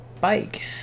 bike